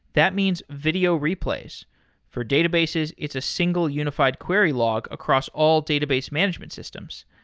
that means video replays for databases, it's a single, unified query log across all database management systems.